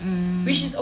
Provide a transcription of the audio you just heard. mm mm mm